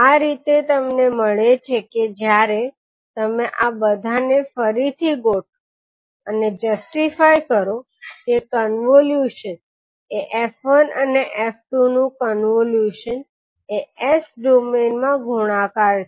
આ રીતે તમને મળે છે કે જ્યારે તમે આ બધા ને ફરીથી ગોઠવો અને જસ્ટિફાય કરો કે કોન્વોલ્યુશન એ f1 અને f2 નું કોન્વોલ્યુશન એ S ડોમેઇન મા ગુણાકાર છે